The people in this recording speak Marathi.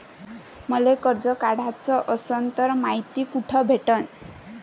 मले कर्ज काढाच असनं तर मायती कुठ भेटनं?